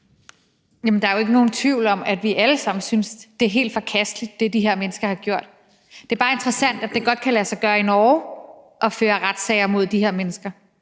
(EL): Der er jo ikke nogen tvivl om, at vi alle sammen synes, at det, som de her mennesker har gjort, er helt forkasteligt. Det er bare interessant, at det godt kan lade sig gøre i Norge at føre retssager mod de her mennesker.